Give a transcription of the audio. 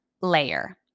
layer